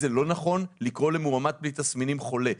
כי לא נכון לקרוא למאומת בלי תסמינים "חולה".